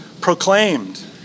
proclaimed